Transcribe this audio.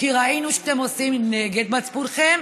כי ראינו שאתם עושים נגד מצפונכם,